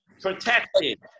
protected